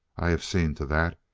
i have seen to that.